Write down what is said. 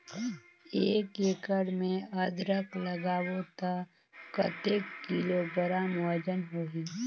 एक एकड़ मे अदरक लगाबो त कतेक किलोग्राम वजन होही?